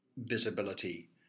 visibility